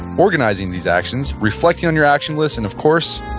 organizing these actions, reflecting on your action list, and of course,